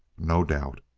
no doubt.